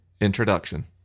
Introduction